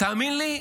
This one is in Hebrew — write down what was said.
תאמין לי,